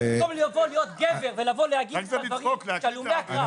במקום לבוא ולהיות גבר ולהגיד את הדברים של הלומי הקרב.